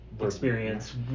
experience